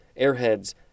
Airheads